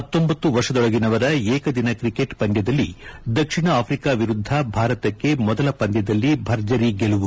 ಹತ್ತೊಂಭತ್ತು ವರ್ಷದೊಳಗಿನವರ ಏಕದಿನ ಕ್ರಿಕೆಟ್ ಪಂದ್ಲದಲ್ಲಿ ದಕ್ಷಿಣ ಆಫ್ರಿಕ ವಿರುದ್ದ ಭಾರತಕ್ಕೆ ಮೊದಲ ಪಂದ್ನದಲ್ಲಿ ಭರ್ಜರಿ ಗೆಲುವು